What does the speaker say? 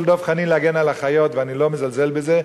דב חנין להגן על החיות ואני לא מזלזל בזה,